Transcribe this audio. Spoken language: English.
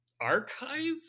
archive